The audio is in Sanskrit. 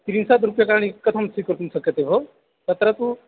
त्रिंशत् रूप्यकाणि कथं स्वीकर्तुं शक्यते भो तत्र तु